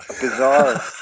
Bizarre